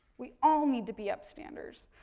we all need to be up standers.